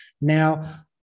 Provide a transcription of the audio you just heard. Now